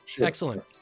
Excellent